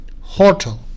hotel